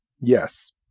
Yes